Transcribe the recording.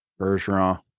Bergeron